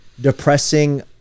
depressing